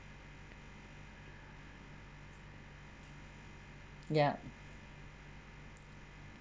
ya